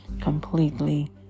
completely